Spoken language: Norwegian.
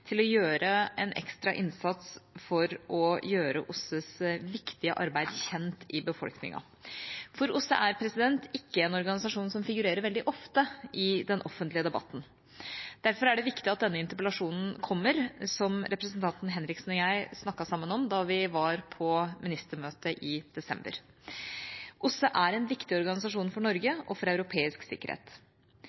til å gjøre en ekstra innsats for å gjøre OSSEs viktige arbeid kjent i befolkningen. For OSSE er ikke en organisasjon som figurerer veldig ofte i den offentlige debatten. Derfor er det viktig at denne interpellasjonen kommer, som representanten Henriksen og jeg snakket sammen om da vi var på ministermøtet i desember. OSSE er en viktig organisasjon for Norge og for europeisk sikkerhet.